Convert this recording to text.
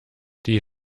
die